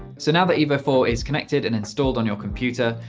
so now that evo four is connected and installed on your computer,